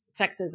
sexism